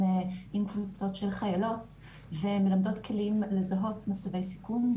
קבוצות של חיילות ומלמדות כלים לזהות מצבי סיכון,